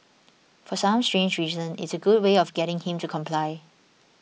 for some strange reason it's a good way of getting him to comply